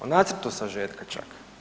O nacrtu sažetka čak.